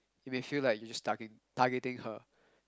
it may feel like you just targe~ targeting her